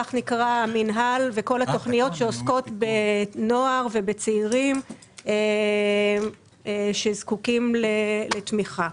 כך נקרא המינהל וכל התכניות שעוסקות בנוער ובצעירים שזקוקים לתמיכה.